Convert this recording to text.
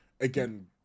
again